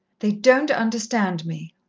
they don't understand me,